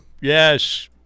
Yes